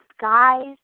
guys